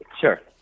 Sure